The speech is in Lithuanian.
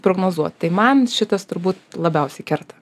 prognozuot tai man šitas turbūt labiausiai kerta